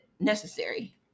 necessary